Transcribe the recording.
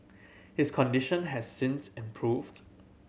his condition has since improved